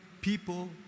people